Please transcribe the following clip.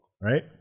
Right